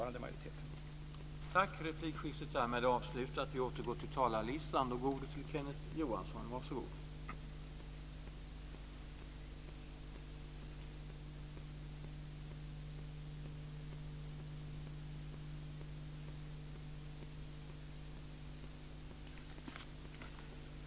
Sedan tror jag inte att det blir större svårigheter för de fyra partierna i en tilltänkt ny majoritet att forma en bra politik än vad det är för nuvarande samarbetspartier i den nuvarande majoriteten.